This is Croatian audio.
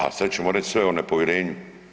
Al sad ćemo reći sve o nepovjerenju.